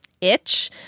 itch